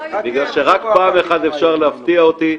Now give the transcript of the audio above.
בגלל שרק פעם אחת אפשר להפתיע אותי.